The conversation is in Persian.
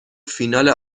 فینال